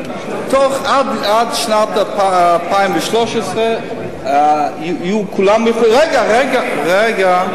עד שנת 2013 כולם יוכלו, רגע, רגע.